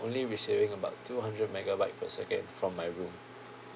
only receiving about two hundred megabyte per second from my room